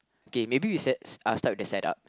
K maybe we set I'll start with the set up